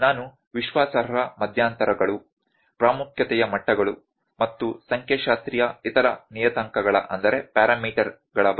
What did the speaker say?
ನಾನು ವಿಶ್ವಾಸಾರ್ಹ ಮಧ್ಯಂತರಗಳು ಪ್ರಾಮುಖ್ಯತೆಯ ಮಟ್ಟಗಳು ಮತ್ತು ಸಂಖ್ಯಾಶಾಸ್ತ್ರಗಳ ಇತರ ನಿಯತಾಂಕಗಳ ಬಗ್ಗೆ ಮಾತನಾಡುತ್ತೇನೆ